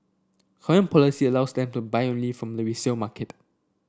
current policy allows them to buy only from the resale market